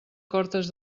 cortes